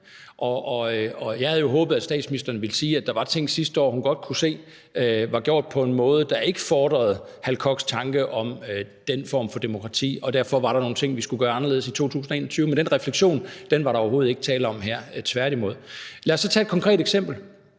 Jeg havde jo håbet, at statsministeren ville sige, at der var ting sidste år, hun godt kunne se var gjort på en måde, der ikke reflekterede Hal Kochs tanke om den form for demokrati, og at der derfor var nogle ting, vi skulle gøre anderledes i 2021, men den refleksion var der overhovedet ikke tale om her, tværtimod. Lad os så tage et konkret eksempel.